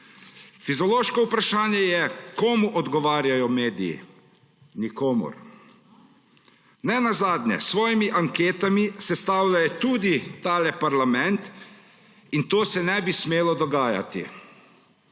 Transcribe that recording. Fizološko vprašanje je, komu odgovarjajo mediji. Nikomur. Nenazadnje s svojimi anketami sestavljajo tudi ta parlament in to se ne bi smelo dogajati.